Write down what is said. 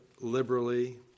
liberally